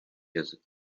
yazık